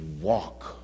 Walk